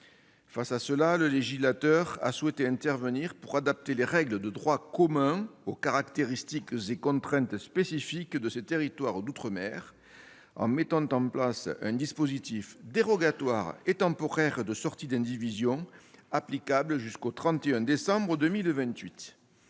Face à cela, le législateur a souhaité intervenir pour adapter les règles de droit commun aux caractéristiques et aux contraintes spécifiques de ces territoires d'outre-mer, en mettant en place un dispositif dérogatoire et temporaire de sortie de l'indivision, applicable jusqu'au 31 décembre 2028.